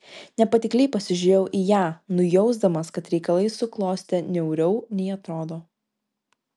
nepatikliai pasižiūrėjau į ją nujausdamas kad reikalai suklostė niauriau nei atrodo